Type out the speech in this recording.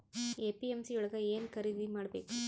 APMC ಯೊಳಗ ಏನ್ ಖರೀದಿದ ಮಾಡ್ಬೇಕು?